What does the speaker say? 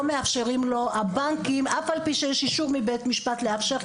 לא מאפשרים לו הבנקים אף על פי שיש אישור מבית משפט לאפשר,